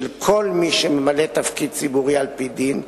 כל מי שממלא תפקיד ציבורי על-פי דין,